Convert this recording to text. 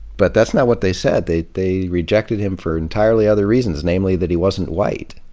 but that's not what they said. they they rejected him for entirely other reasons, namely that he wasn't white,